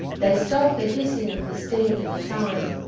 they stopped the hissing of the steam for the time,